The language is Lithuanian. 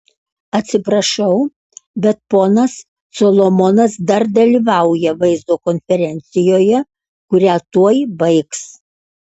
atsiprašau bet ponas solomonas dar dalyvauja vaizdo konferencijoje kurią tuoj baigs